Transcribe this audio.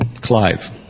Clive